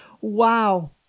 Wow